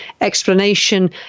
explanation